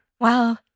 Wow